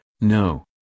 No